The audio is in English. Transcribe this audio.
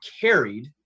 carried